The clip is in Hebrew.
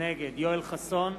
נגד יואל חסון,